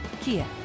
Kia